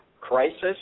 crisis